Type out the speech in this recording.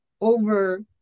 over